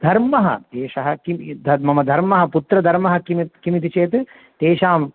धर्मः एषः किं धर्मः मम धर्मः पुत्रधर्मः किमि किमिति चेत् तेषां